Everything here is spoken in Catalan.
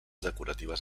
decoratives